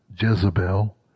Jezebel